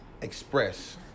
express